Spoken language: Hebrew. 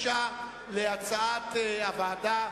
99 כהצעת הוועדה,